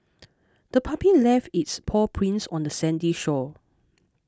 the puppy left its paw prints on the sandy shore